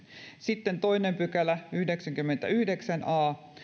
sitten toinen pykälä yhdeksänkymmentäyhdeksän a